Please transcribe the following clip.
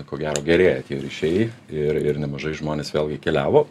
ko gero gerėja tie ryšiai ir ir nemažai žmonės vėlgi keliavo